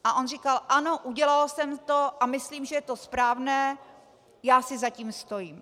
A on říkal: Ano, udělal jsem to a myslím, že je to správné, já si za tím stojím.